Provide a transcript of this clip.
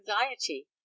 anxiety